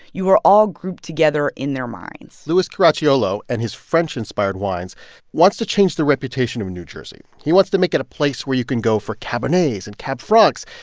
you are all grouped together in their minds louis caracciolo and his french-inspired wines wants to change the reputation of new jersey. he wants to make it a place where you can go for cabernets and cab francs.